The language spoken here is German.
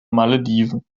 malediven